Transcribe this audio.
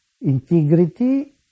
integrity